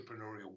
entrepreneurial